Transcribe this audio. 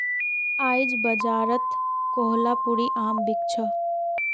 आईज बाजारत कोहलापुरी आम बिक छ